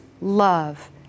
love